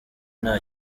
nta